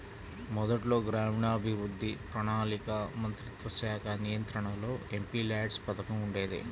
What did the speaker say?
మొదట్లో గ్రామీణాభివృద్ధి, ప్రణాళికా మంత్రిత్వశాఖ నియంత్రణలో ఎంపీల్యాడ్స్ పథకం ఉండేది